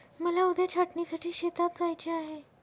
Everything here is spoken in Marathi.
मला उद्या छाटणीसाठी शेतात जायचे आहे